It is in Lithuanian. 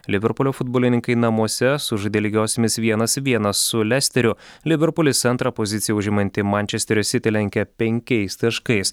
liverpulio futbolininkai namuose sužaidė lygiosiomis vienas vienas su lesteriu liverpulis antrą poziciją užimantį mančesterio sitį lenkia penkiais taškais